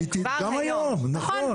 גם היום, נכון.